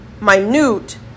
minute